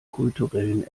kulturellen